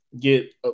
get